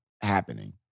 happening